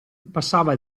passava